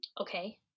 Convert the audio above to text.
Okay